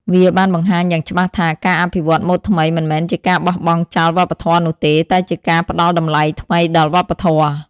វាបានបង្ហាញយ៉ាងច្បាស់ថាការអភិវឌ្ឍម៉ូដថ្មីមិនមែនជាការបោះបង់ចោលវប្បធម៌នោះទេ តែជាការផ្តល់តម្លៃថ្មីដល់វប្បធម៌។